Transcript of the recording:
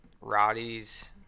Roddy's